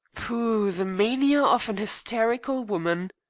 pooh! the mania of an hysterical woman!